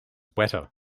wetter